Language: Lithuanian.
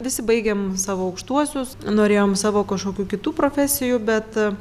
visi baigėm savo aukštuosius norėjom savo kažkokių kitų profesijų bet